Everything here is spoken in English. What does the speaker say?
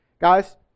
Guys